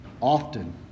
Often